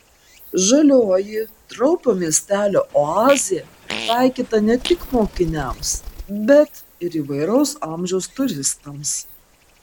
žalioji traupio miestelio oazė pritaikyta ne tik mokiniams bet ir įvairaus amžiaus turistams